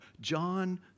John